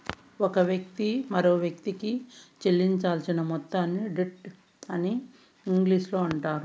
ఒక వ్యక్తి మరొకవ్యక్తికి చెల్లించాల్సిన మొత్తాన్ని డెట్ అని ఇంగ్లీషులో అంటారు